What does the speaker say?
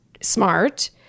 smart